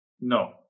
No